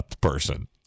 person